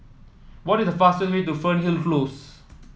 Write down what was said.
what is the fastest way to Fernhill Close